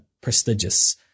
prestigious